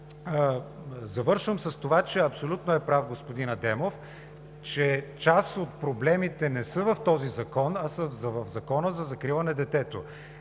Завършвам с това, абсолютно е прав господин Адемов, че част от проблемите не са в този закон, а са в Закона за закрила на детето.